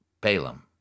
Balaam